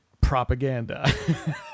propaganda